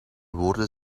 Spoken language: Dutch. woorden